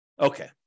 Okay